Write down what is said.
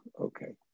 okay